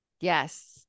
Yes